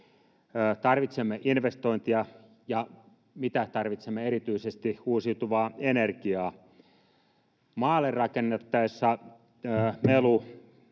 Tarvitsemme investointeja ja, mitä tarvitsemme erityisesti, uusiutuvaa energiaa. Maalle rakennettaessa melu-